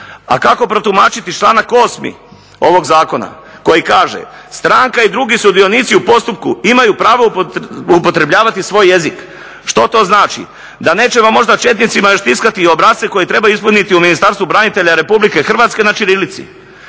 A kako protumačiti članak 8. ovog zakona koji kaže: "Stranka i drugi sudionici u postupku imaju pravo upotrebljavati svoj jezik." Što to znači? Da nećemo možda četnicima još tiskati i obrasce koje trebaju ispuniti u Ministarstvu branitelja Republike Hrvatske na ćirilici